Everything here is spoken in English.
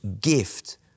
gift